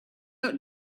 ought